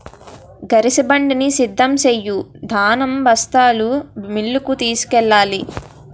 గరిసెబండిని సిద్ధం సెయ్యు ధాన్యం బస్తాలు మిల్లుకు తోలుకెల్లాల